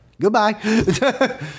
goodbye